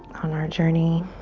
on our journey